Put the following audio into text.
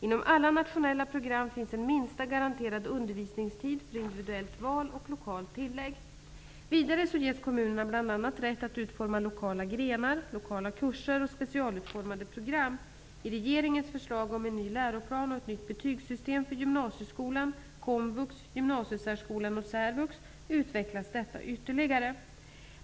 Inom alla nationella program finns en minsta garanterad undervisningstid för individuellt val och lokalt tillägg. Vidare ges kommunerna bl.a. rätt att utforma lokala grenar, lokala kurser och specialutformade program. I regeringens förslag om en ny läroplan och ett nytt betygssystem för gymnasieskolan, komvux, gymnasiesärskolan och särvux utvecklas detta ytterligare.